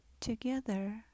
Together